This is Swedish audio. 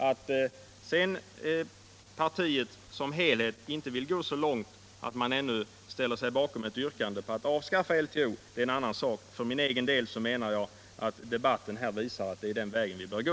Att sedan partiet som helhet inte vill gå så långt som att ställa sig bakom ett yrkande om att avskaffa LTO är en annan sak. För min egen del menar jag att debatten här visar att det är den vägen vi bör gå.